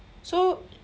so